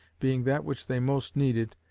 being that which they most needed,